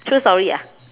so sorry ah